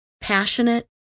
passionate